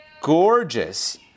gorgeous